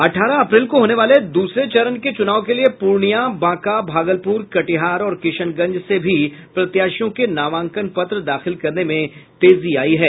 अठारह अप्रैल को होने वाले दूसरे चरण के चुनाव के लिये पूर्णिया बांका भागलपूर कटिहार और किशनगंज से भी प्रत्याशियों के नामांकन पत्र दाखिल करने में तेजी आयी है